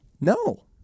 No